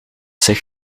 zich